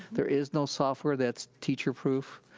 there is no software that's teacher-proof,